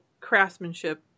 craftsmanship